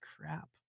crap